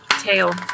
tail